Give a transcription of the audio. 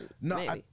no